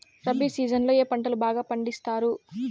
rabi season లో ఏ పంటలు బాగా పండిస్తారు